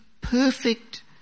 perfect